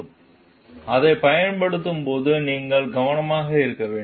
அதைப் பயன்படுத்தும் போது நீங்கள் கவனமாக இருக்க வேண்டும்